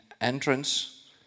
entrance